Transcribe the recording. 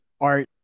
art